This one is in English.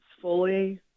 fully –